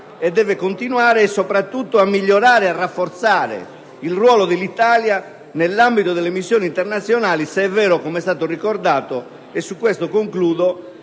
e deve continuare ad avere soprattutto nel migliorare e rafforzare il ruolo dell'Italia nell'ambito delle missioni internazionali, se è vero, come è stato ricordato, che siamo uno